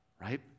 Right